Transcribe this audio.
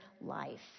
life